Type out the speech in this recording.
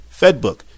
Fedbook